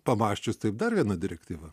pamąsčius taip dar viena direktyva